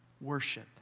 worship